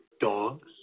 Dogs